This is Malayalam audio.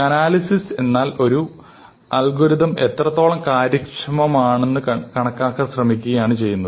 അനാലിസിസ് എന്നാൽ ഒരു അൽഗോരിതം എത്രത്തോളം കാര്യക്ഷമമാണെന്ന് കണക്കാക്കാൻ ശ്രമിക്കുകയാണ് ചെയ്യുന്നത്